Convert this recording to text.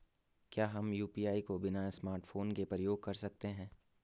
क्या हम यु.पी.आई को बिना स्मार्टफ़ोन के प्रयोग कर सकते हैं?